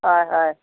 হয় হয়